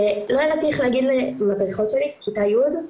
ולא ידעתי איך להגיד למדריכות בכיתה י'